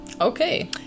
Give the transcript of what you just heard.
Okay